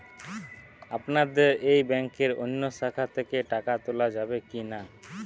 আপনাদের এই ব্যাংকের অন্য শাখা থেকে টাকা তোলা যাবে কি না?